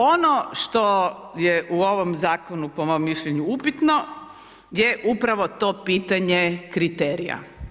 Ono što je u ovom zakonu po mom mišljenju upitno je upravo to pitanje kriterija.